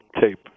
tape